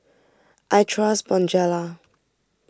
I trust Bonjela